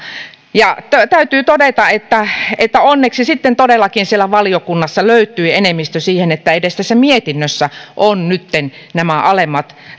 ja täytyy todeta että että onneksi sitten todellakin siellä valiokunnassa löytyi enemmistö siihen että edes tässä mietinnössä on nytten nämä alemmat